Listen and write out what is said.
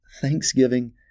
thanksgiving